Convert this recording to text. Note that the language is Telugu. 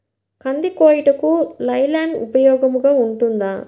కంది కోయుటకు లై ల్యాండ్ ఉపయోగముగా ఉంటుందా?